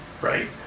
right